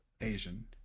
Asian